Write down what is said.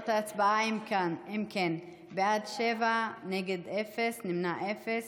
אם כן: בעד, שבעה, נגד, אפס, נמנעים, אפס.